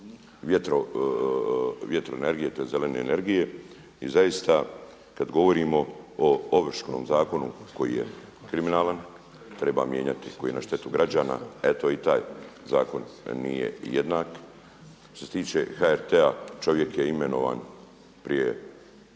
vjetroenergije tj. zelene energije. I zaista kad govorimo o Ovršnom zakonu koji je kriminalan treba mijenjati, koji je na štetu građana. Eto i taj zakon nije jednak. Što se tiče HRT-a čovjek je imenovan prije